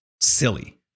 silly